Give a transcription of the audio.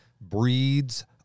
breeds